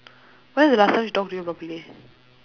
when is the last time she talk to you properly